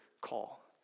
call